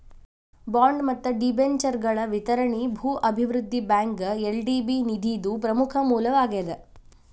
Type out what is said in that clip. bond ಮತ್ತ ಡಿಬೆಂಚರ್ಗಳ ವಿತರಣಿ ಭೂ ಅಭಿವೃದ್ಧಿ ಬ್ಯಾಂಕ್ಗ ಎಲ್.ಡಿ.ಬಿ ನಿಧಿದು ಪ್ರಮುಖ ಮೂಲವಾಗೇದ